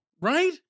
right